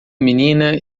menina